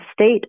state